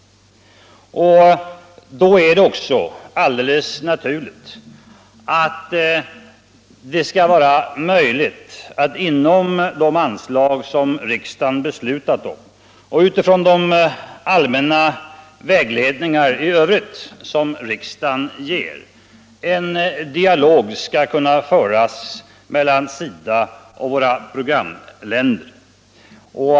Då är det också alldeles naturligt att det skall vara möjligt att, inom de anslag som riksdagen beslutat om och utifrån de allmänna vägledningar i övrigt som riksdagen ger, föra en dialog mellan SIDA och våra programländer.